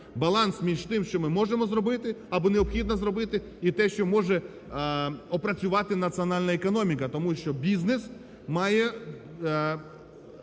баланс між тим, що ми можемо зробимо або необхідно зробити і те, що може опрацювати національна економіка, тому що бізнес має